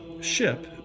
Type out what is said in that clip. ship